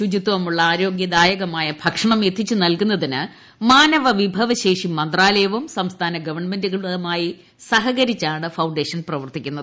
ശുചിത്വമുള്ള ആരോഗ്യദായകമായ ഭക്ഷണം എത്തിച്ചു നൽകുന്നതിന് മാനവ വിഭവശേഷി മന്ത്രാലയവും സംസ്ഥാന ഗവൺമെൻുകളുമായി സഹകരിച്ചാണ് ഫൌണ്ടേഷൻ പ്രവർത്തിക്കുന്നത്